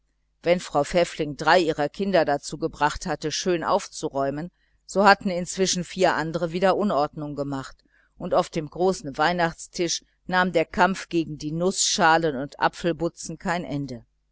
wenn frau pfäffling drei ihrer kinder dazu gebracht hatte schön aufzuräumen so hatten inzwischen vier andere wieder unordnung gemacht und auf dem großen weihnachtstisch nahm der kampf gegen die nußschalen und apfelbutzen kein ende